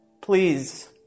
Please